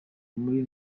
muri